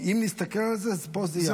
אם נסתכל על זה כך, אז פה סיימת.